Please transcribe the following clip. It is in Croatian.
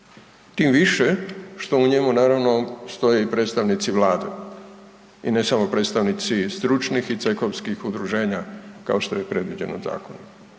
tim više što u njemu naravno postoji predstavnici Vlade i ne samo predstavnici stručnih i cehovskih udruženja kao što je predviđeno zakonom.